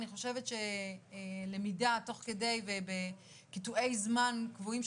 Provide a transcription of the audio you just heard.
אני חושבת שלמידה תוך כדי בקיטועי זמן קבועים,